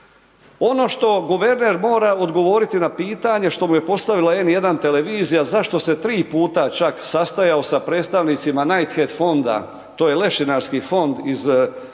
Ono što guverner mora odgovoriti na pitanje što mu je postavima N1 televizija zašto se tri puta čak sastajao sa predstavnicima Knighthead fonda, to je lešinarski fond iz